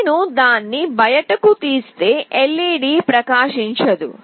నేను దాన్ని బయటకు తీస్తే LED ప్రకాశించదు